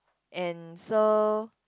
and so